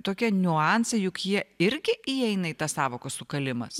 tokie niuansai juk jie irgi įeina į tą sąvoką sukalimas